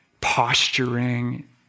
Posturing